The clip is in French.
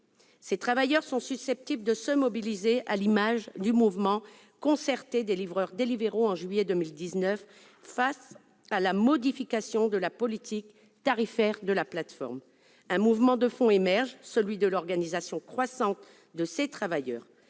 ces travailleurs sont susceptibles de se mobiliser, à l'image du mouvement concerté des livreurs Deliveroo, en juillet 2019, face à la modification de la politique tarifaire de la plateforme. Un mouvement de fond émerge : l'organisation croissante de ces travailleurs.